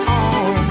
on